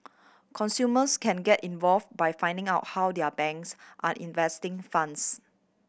consumers can get involved by finding out how their banks are investing funds